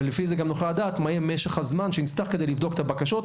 ולפי זה גם נוכל לדעת מה יהיה משך הזמן שנצטרך כדי לבדוק את הבקשות.